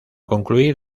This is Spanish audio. concluir